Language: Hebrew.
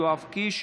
יואב קיש,